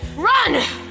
Run